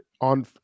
on